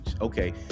Okay